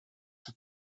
for